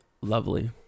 lovely